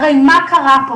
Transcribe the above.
הרי מה קרה פה?